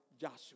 Joshua